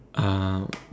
uh